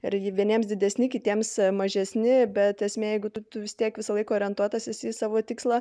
ir vieniems didesni kitiems mažesni bet esmė jeigu tu tu vis tiek visą laiką orientuotas į savo tikslą